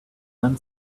then